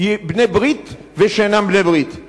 בני-ברית ושאינם בני-ברית.